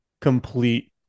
complete